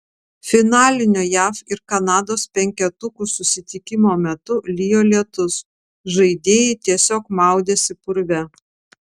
finalinio jav ir kanados penketukų susitikimo metu lijo lietus žaidėjai tiesiog maudėsi purve